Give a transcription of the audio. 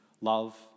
love